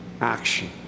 action